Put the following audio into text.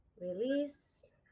release